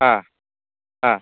অঁ অঁ